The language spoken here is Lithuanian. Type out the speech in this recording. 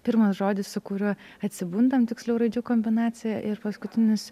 pirmas žodis su kuriuo atsibundam tiksliau raidžių kombinacija ir paskutinis